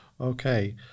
Okay